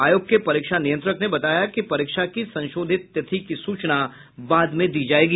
आयोग के परीक्षा नियंत्रक ने बताया कि परीक्षा की संशोधित तिथि की सूचना बाद में दी जायेगी